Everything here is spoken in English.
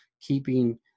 keeping